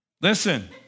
Listen